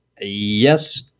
Yes